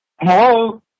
Hello